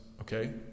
okay